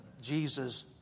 Jesus